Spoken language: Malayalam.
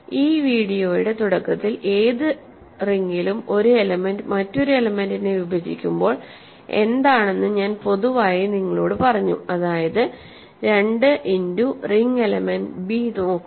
ഈ വീഡിയോയുടെ തുടക്കത്തിൽഏത് റിംഗിലും ഒരു എലമെൻ്റ് മറ്റൊരു എലെമെന്റിനെ വിഭജിക്കുമ്പോൾ എന്താണെന്നു ഞാൻ പൊതുവായി നിങ്ങളോട് പറഞ്ഞു അതായത് 2 ഇന്റു റിംഗ് എലമെന്റ് ബി നോക്കുക